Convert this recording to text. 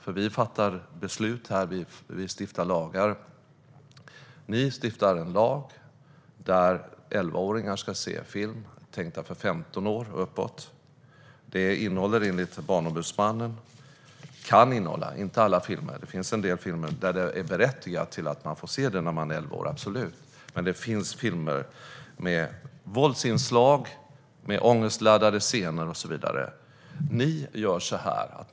Här fattar vi beslut och stiftar lagar. Ni stiftar en lag om att elvaåringar ska se filmer tänkta för dem som är femton år och uppåt. Sådana filmer - inte alla, för det finns en del filmer som det absolut är berättigat att elvaåringar får se - kan enligt Barnombudsmannen innehålla våldsinslag, ångestladdade scener och så vidare.